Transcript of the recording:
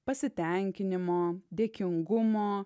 pasitenkinimo dėkingumo